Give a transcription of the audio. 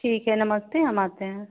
ठीक है नमस्ते हम आते हैं